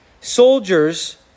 soldiers